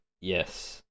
Yes